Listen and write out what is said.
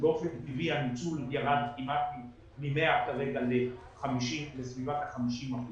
באופן טבעי הניצול ירד כמעט מ-100 כרגע לסביבת ה-50 אחוזים.